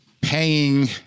Paying